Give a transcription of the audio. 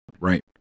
Right